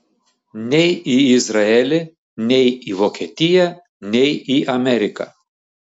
nei į izraelį nei į vokietiją nei į ameriką